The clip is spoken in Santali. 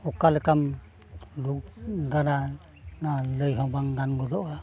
ᱚᱠᱟ ᱞᱮᱠᱟᱢ ᱜᱟᱱᱟ ᱱᱚᱣᱟ ᱞᱟᱹᱭ ᱦᱚᱸ ᱵᱟᱝ ᱜᱟᱱ ᱜᱚᱫᱚᱜᱼᱟ